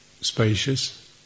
spacious